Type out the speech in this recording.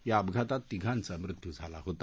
या अपघातात तिघांचा मृत्यू झाला होता